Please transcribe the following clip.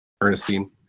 Ernestine